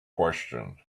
question